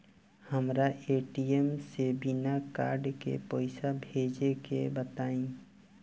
हमरा ए.टी.एम से बिना कार्ड के पईसा भेजे के बताई?